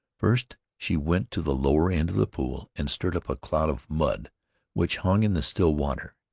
first she went to the lower end of the pool and stirred up a cloud of mud which hung in the still water,